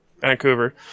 vancouver